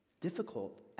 difficult